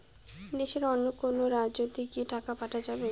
দেশের অন্য কোনো রাজ্য তে কি টাকা পাঠা যাবে?